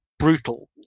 Brutal